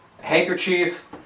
handkerchief